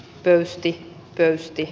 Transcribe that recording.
pöysti pöysti